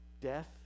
death